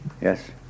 Yes